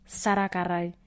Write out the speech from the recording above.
sarakarai